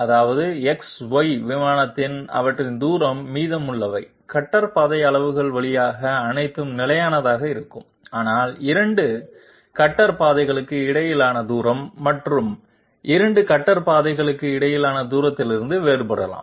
அதாவது X Y விமானத்தில் அவற்றின் தூரம் மீதமுள்ளவை கட்டர் பாதை அளவு வழியாக அனைத்தும் நிலையானதாக இருக்கும் ஆனால் 2 கட்டர் பாதைகளுக்கு இடையிலான தூரம் மற்ற 2 கட்டர் பாதைகளுக்கு இடையிலான தூரத்திலிருந்து வேறுபட்டிருக்கலாம்